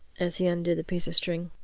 as he undid the piece of string.